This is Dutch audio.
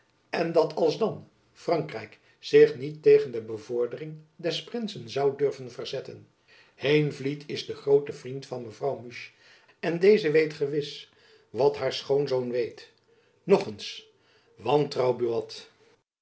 en dat alsdan frankrijk zich niet tegen de bevordering des prinsen zoû durven verzetten heenvliet is de groote vriend van mevrouw musch en deze weet gewis wat haar schoonzoon weet nog eens wantrouw